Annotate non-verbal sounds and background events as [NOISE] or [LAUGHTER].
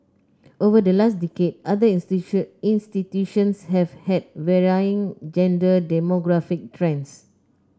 over the last decade other [UNINTELLIGIBLE] institutions have had varying gender demographic trends